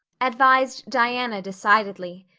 advised diana decidedly.